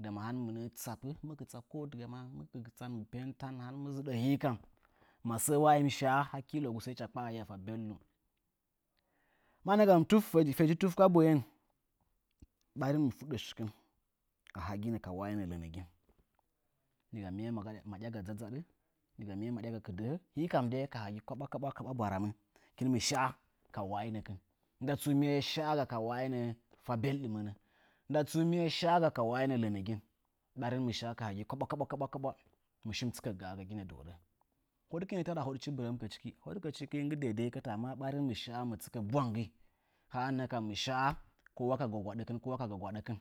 Ndama hɨn mɨ mɨnə'ə tsappɨ mɨ kɨtsa ko dɨgama mɨ zɨɗə hɨ kam masəə a hɨ mɨ shə hangkilowogu mɨ kpə hiya fa beldum. Mannə kam tuf feti tuf ka boyen ɓarin mɨ finɗɗə shikɨn a haginə ka whəinə lənəgin. Diga miye maɗyaga dzadzadɨ, diga miya maɗyaga kɨɗahə, hagi kaɓwakaɓwa baramə hɨkin mɨ shə ka uhəməkɨn nda tsu miye shə ka whahəinə fa beldumənə ida tsu miye shə ka uhəinə fa beldumənə nda tsu miye shəga ka uhəinə lənəgin ɓarin mɨ shə ka hagi kaɓwakaɓwa mɨ shi mɨ tsɨkə gə gaginə duwoɗə. Hoɗkɨinə taɗa hoɗchi bɨramchi amma nggɨ deideikə chi, ama ɓarin mɨ tsɨkə hə nə kam mɨ sha ko wo ka gwagwaɗəkɨn. ko wo ka gwa gwa ɗəkɨn.